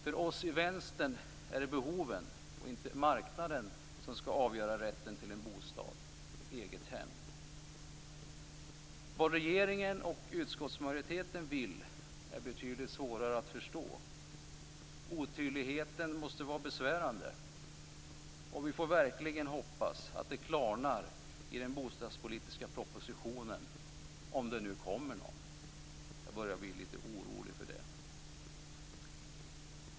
För oss i Vänstern är det behoven och inte marknaden som skall avgöra rätten till en bostad, ett eget hem. Vad regeringen och utskottsmajoriteten vill är betydligt svårare att förstå. Otydligheten måste vara besvärande. Vi får verkligen hoppas att det klarnar i den bostadspolitiska propositionen, om det nu kommer någon. Jag börjar bli litet orolig för det.